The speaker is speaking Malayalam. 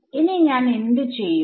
ഇനീ ഞാൻ എന്ത് ചെയ്യും